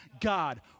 God